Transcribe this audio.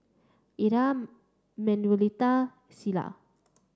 Ira Manuelita Silas